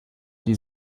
die